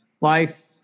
life